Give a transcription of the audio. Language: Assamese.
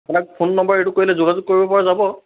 আপোনাক ফোন নম্বাৰ এইটোত কৰিলে যোগাযোগ কৰিব পৰা যাব